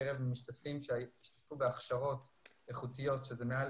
בקרב המשתתפים שהשתתפו בהכשרות איכותיות שזה מעל